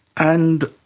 and,